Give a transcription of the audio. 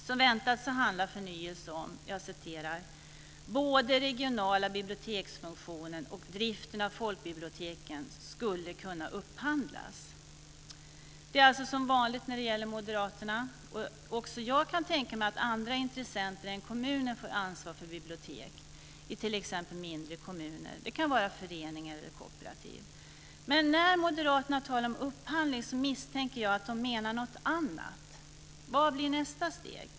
Som väntat handlar förnyelse om att "både regionala biblioteksfunktioner och driften av folkbibliotek skulle kunna upphandlas". Det är som vanligt när det gäller Moderaterna. Också jag kan tänka mig att i t.ex. mindre kommuner andra intressenter än kommunen kan få ansvaret för biblioteken. Det kan vara föreningar eller kooperativ. Men när Moderaterna talar om upphandling misstänker jag att de menar något annat. Vad blir nästa steg?